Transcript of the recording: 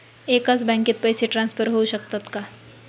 एकाच बँकेत पैसे ट्रान्सफर होऊ शकतात का?